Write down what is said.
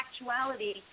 actuality